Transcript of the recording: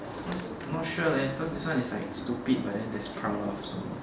cause not sure leh cause this one is like stupid but then there's proud of so